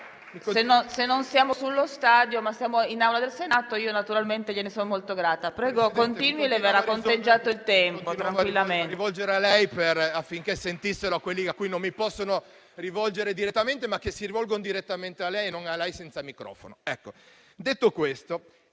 Non siamo però allo stadio, ma nell'Aula del Senato, e io naturalmente gliene sono molto grata. Prego, continui, e le verrà conteggiato il tempo tranquillamente.